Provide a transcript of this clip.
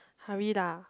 hurry lah